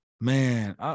Man